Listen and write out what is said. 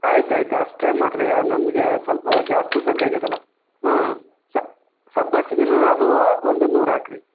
ಆಯ್ತು ಆಯ್ತು ಅಷ್ಟೇ ಮಾಡಿರಿ ನಮಗೆ ಸ್ವಲ್ಪ ಜಾಸ್ತಿ ಬೇಕಾಗೇದಲ್ಲ ಹಾಂ ಸಬ್ಬಸ್ಸಿಗೇನ ಅದು ಒಂದು ನೂರು ಹಾಕ್ರಿ